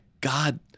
God